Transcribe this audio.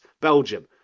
Belgium